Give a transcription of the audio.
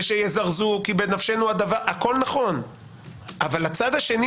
ושיזרזו כי בנפשנו הדבר - הכול נכון אבל הצד השני